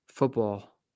Football